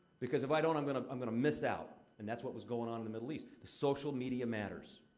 because if i don't, i'm gonna i'm gonna miss out, and that's what was going on in the middle east. social media matters.